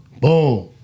boom